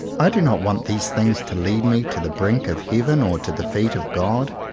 i do not want these things to lead me to the brink of heaven or to the feet of god.